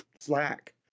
slack